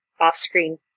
off-screen